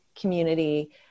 community